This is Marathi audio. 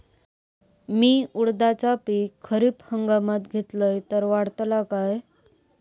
मी उडीदाचा पीक खरीप हंगामात घेतलय तर वाढात काय?